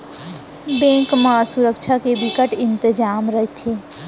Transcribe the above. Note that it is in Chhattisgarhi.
बेंक म सुरक्छा के बिकट इंतजाम रहिथे